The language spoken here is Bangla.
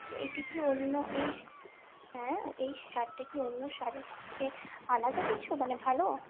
এইটা কী অন্য এই হ্যাঁ এই সারটা কী অন্য সারের থেকে আলাদা কিছু মানে ভালো